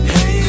Hey